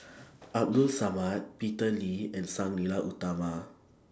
Abdul Samad Peter Lee and Sang Nila Utama